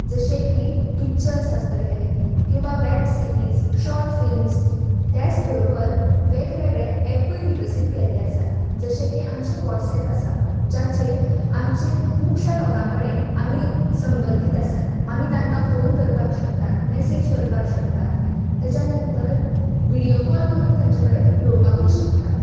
जशें की पिचर्स आसतले किवा वेब सिरीज शॉट फिल्म्स तेच बरोबर वेगवेगळे एपय विकसीत केल्ले आसात जशे की आमचे वोट्स एप आसा जाचेर आमच्या खुबश्या लोकां कडेन आमी संबंदींत आसात आमी तांकां फोन करपाक शकतात मेसेज करपाक शकतात तेच्या नंतर विडिओ कॉल करून तेंच्या कडेन उलोपाकूय शकतात